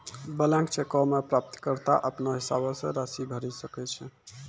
blank चेको मे प्राप्तकर्ता अपनो हिसाबो से राशि भरि सकै छै